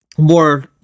More